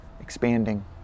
expanding